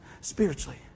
spiritually